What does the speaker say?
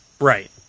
Right